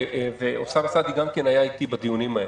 גם אוסמה סעדי היה איתי בדיונים האלה.